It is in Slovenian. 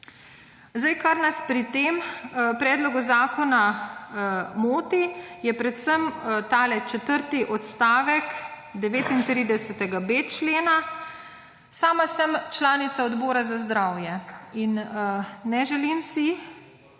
Kar nas pri tem predlogu zakona moti, je predvsem ta četrti odstavek 39.b člena. Sama sem članica Odbora za zdravje in ne želim si,